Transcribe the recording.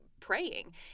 Praying